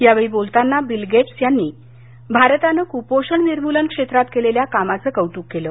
यावेळी बोलताना Bill Gates यांनी भारतानं कुपोषण निर्मुलन क्षेत्रात केलेल्या कामाचं कौतुक केलं